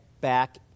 back